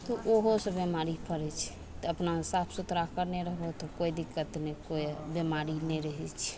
तऽ ओहोसँ बेमारी फरय छै तऽ अपना साफ सुथरा करने रहबहो तऽ कोइ दिक्कत नहि कोइ बेमारी नहि रहय छै